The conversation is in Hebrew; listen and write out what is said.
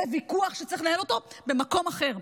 זה ויכוח שצריך לנהל במקום אחר.